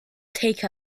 take